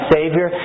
Savior